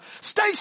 Stay